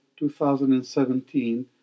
2017